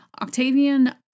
Octavian